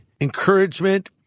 encouragement